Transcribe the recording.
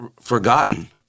forgotten